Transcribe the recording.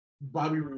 Bobby